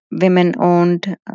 women-owned